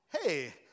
Hey